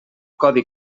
codi